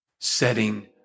Setting